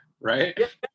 right